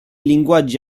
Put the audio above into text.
linguaggi